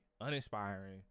uninspiring